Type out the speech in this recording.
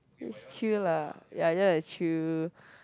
just chill lah ya ya like chill